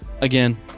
again